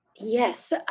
Yes